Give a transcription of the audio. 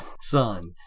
son